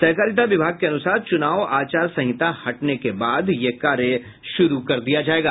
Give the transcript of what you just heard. सहकारिता विभाग के अनुसार चुनाव आचार संहिता हटने के बाद यह कार्य शुरू कर दिया जायेगा